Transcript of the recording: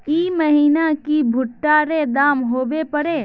ई महीना की भुट्टा र दाम की होबे परे?